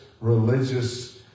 religious